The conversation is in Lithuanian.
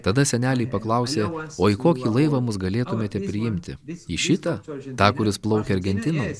tada seneliai paklausė o į kokį laivą mus galėtumėte priimti į šitą tą kuris plaukia argentinon